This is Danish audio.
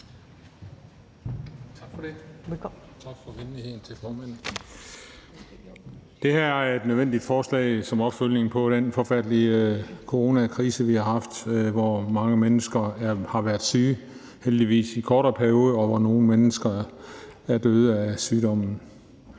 Tak til formanden for venligheden. Det her er et nødvendigt forslag som opfølgning på den forfærdelige coronakrise, vi har haft, hvor mange mennesker har været syge i heldigvis kortere perioder, og hvor nogle mennesker er døde af sygdommen.